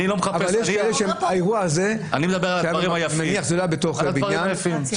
אני מניח שהאירוע הזה לא היה בתוך בניין,